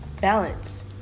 balance